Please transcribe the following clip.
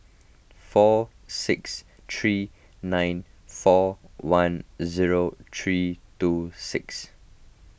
four six three nine four one zero three two six